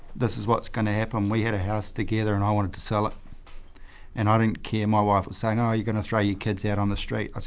this is what's gonna happen. we had a house together and i wanted to sell it and i didn't care. my wife was saying, oh, you're gonna throw your kids out on the street.